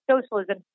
socialism